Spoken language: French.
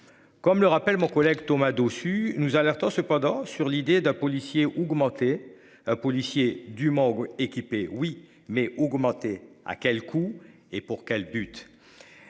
Comme le rappelle mon collègue Thomas Dossus. Nous alertons cependant sur l'idée d'un policier augmenté. Policiers du équipée oui mais augmenté à quel coût et pour quel but.